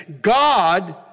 God